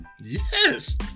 Yes